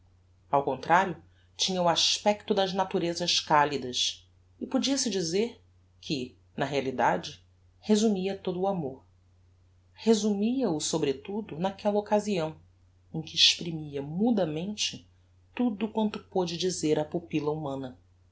ao contrario tinha o aspecto das naturezas calidas e podia-se dizer que na realidade resumia todo o amor resumia o sobretudo naquella occasião em que exprimia mudamente tudo quanto póde dizer a pupilla humana